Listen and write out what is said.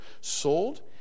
sold